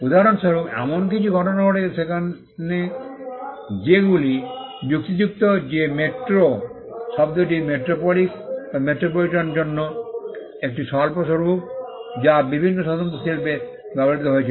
উদাহরণস্বরূপ এমন কিছু ঘটনা ঘটেছে যেগুলি এখানে যুক্তিযুক্ত যে মেট্রো শব্দটি মেট্রোপলিস বা মেট্রোপলিটন জন্য একটি স্বল্প রূপ যা বিভিন্ন স্বতন্ত্র শিল্পে ব্যবহৃত হয়েছিল